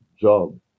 job